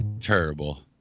Terrible